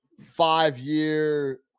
five-year